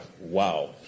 Wow